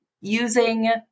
using